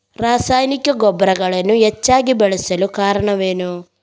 ರಾಸಾಯನಿಕ ಗೊಬ್ಬರಗಳನ್ನು ಹೆಚ್ಚಾಗಿ ಬಳಸಲು ಕಾರಣವೇನು?